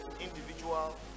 individual